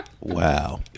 Wow